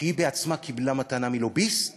שהיא עצמה קיבלה מתנה מלוביסט